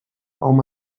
hom